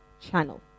channel